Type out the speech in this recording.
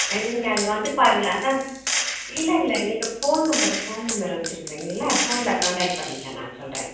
ஆ நீங்கள் அங்கே வந்து பாருங்கள் அதுதான் இல்லை இல்லை நீங்கள் ஃபோன் நம்பரு ஃபோன் நம்பர் வச்சுருக்கிறீங்கள்ல ஃபோனில் கான்டாக்ட் பண்ணுங்கள் நான் சொல்கிறேன்